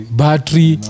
battery